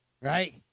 right